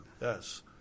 Yes